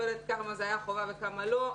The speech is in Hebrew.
לא יודעת כמה זה היה חובה וכמה לא,